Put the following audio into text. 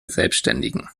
selbständigen